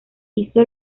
hizo